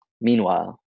Meanwhile